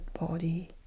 body